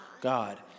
God